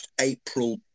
April